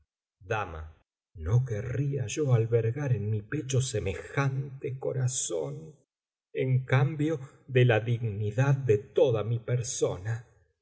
cargado no querria yo albergar en mi pecho semejante corazón en cambio de la dignidad de toda mi persona